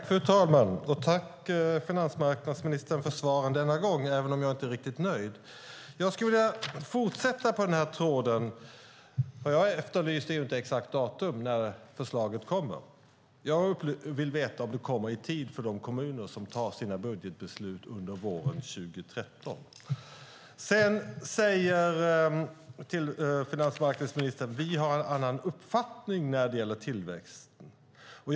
Fru talman! Tack, finansmarknadsministern, för svaren, även om jag inte är riktigt nöjd. Jag efterlyste inte exakt datum för när förslaget kommer. Jag vill veta om det kommer i tid för de kommuner som tar sina budgetbeslut under våren 2013. Finansmarknadsministern säger: Vi har en annan uppfattning när det gäller tillväxten.